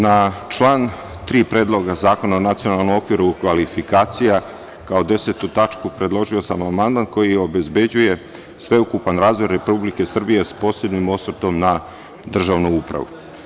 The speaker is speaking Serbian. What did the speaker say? Na član 3. Predloga zakona o nacionalnom okviru kvalifikacija, kao 10) predložio sam amandman koji obezbeđuje sveukupan razvoj Republike Srbije sa posebnim osvrtom na državnu upravu.